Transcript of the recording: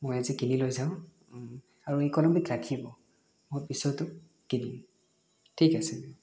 মই আজি কিনি লৈ যাওঁ আৰু এই কলমবিধ ৰাখিব মই পিছতো কিনিম ঠিক আছে